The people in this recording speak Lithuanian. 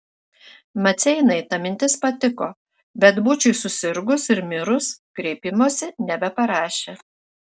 maceinai ta mintis patiko bet būčiui susirgus ir mirus kreipimosi nebeparašė